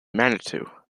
manitou